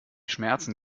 schmerzen